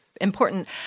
important